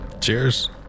cheers